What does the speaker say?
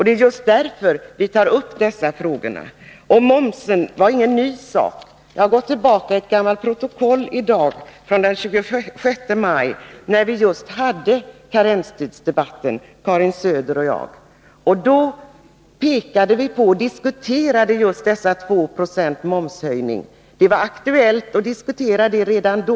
Det är just därför Nr 51 vi tar upp dessa frågor. Momshöjningen är inte någonting nytt. Jag har i dag Onsdagen den gått tillbaka till protokollet från den 26 maj, då Karin Söder och jag 15 december 1982 debatterade karensdagarna. Då diskuterade vi just en momshöjning på 2 Jo. Det var aktuellt att diskutera detta redan då.